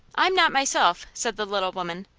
i'm not myself, said the little woman,